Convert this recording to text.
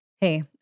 Hey